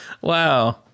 wow